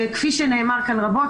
כפי שנאמר כאן רבות,